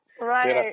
Right